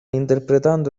interpretando